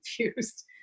confused